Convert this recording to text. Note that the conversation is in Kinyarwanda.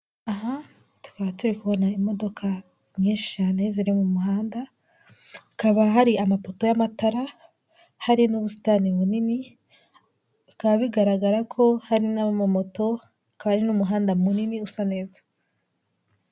Aha tukaba turi kubona imodoka nyinshi cyane ziri mu muhanda, hakaba hari amapoto y'amatara, hari n'ubusitani bunini, bikaba bigaragara ko hari n'amamoto kandi n'umuhanda munini usa neza.